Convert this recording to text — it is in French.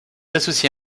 associé